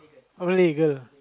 a Malay girl